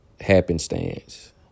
happenstance